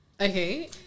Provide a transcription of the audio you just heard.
okay